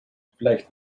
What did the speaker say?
vielleicht